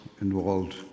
involved